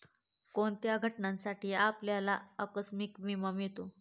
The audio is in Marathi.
कोणत्या घटनांसाठी आपल्याला आकस्मिक विमा मिळतो?